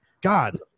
God